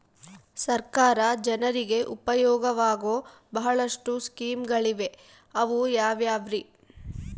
ಸರ್ಕಾರ ಜನರಿಗೆ ಉಪಯೋಗವಾಗೋ ಬಹಳಷ್ಟು ಸ್ಕೇಮುಗಳಿವೆ ಅವು ಯಾವ್ಯಾವ್ರಿ?